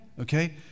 okay